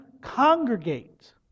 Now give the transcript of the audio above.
congregate